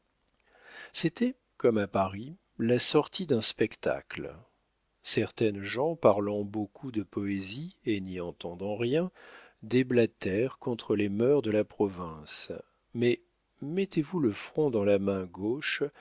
c'était comme à paris la sortie d'un spectacle certaines gens parlant beaucoup de poésie et n'y entendant rien déblatèrent contre les mœurs de la province mais mettez-vous le front dans la main gauche